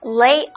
lay